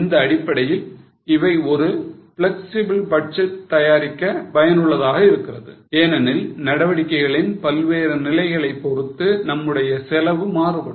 இந்த அடிப்படையில் இவை ஒரு flexible budget தயாரிக்க பயனுள்ளதாக இருக்கிறது ஏனெனில் நடவடிக்கைகளின் பல்வேறு நிலைகளைப் பொறுத்து நம்முடைய செலவு மாறுபடும்